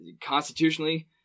Constitutionally